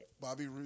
Bobby